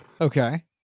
Okay